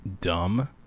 dumb